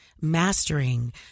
mastering